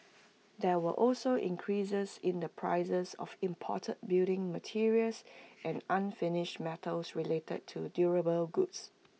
there were also increases in the prices of imported building materials and unfinished metals related to durable goods